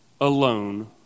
alone